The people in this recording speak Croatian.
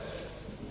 Hvala